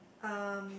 um